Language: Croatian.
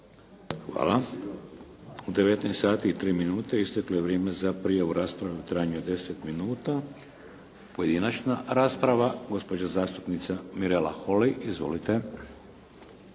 sati i 3 minute isteklo je vrijeme za prijavu rasprave u trajanju od 10 minuta, pojedinačna rasprava. Gospođa zastupnica Mirela Holy. Izvolite.